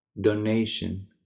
donation